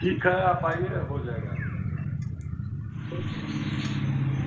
ठीक है आप आइए हो जाएगा